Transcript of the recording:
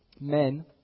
Men